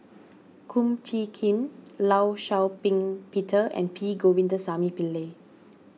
Kum Chee Kin Law Shau Ping Peter and P Govindasamy Pillai